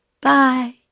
Bye